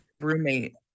roommate